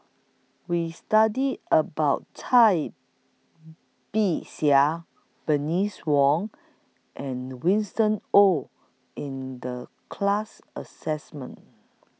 We studied about Cai Bixia Bernice Wong and Winston Oh in The class Assessment